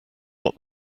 what